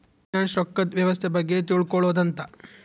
finance ರೊಕ್ಕದ್ ವ್ಯವಸ್ತೆ ಬಗ್ಗೆ ತಿಳ್ಕೊಳೋದು ಅಂತ